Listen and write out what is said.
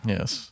Yes